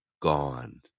gone